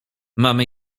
mamy